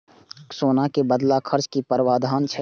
सोना के बदला कर्ज के कि प्रावधान छै?